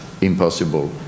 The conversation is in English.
impossible